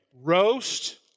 roast